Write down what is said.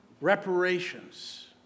reparations